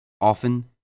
often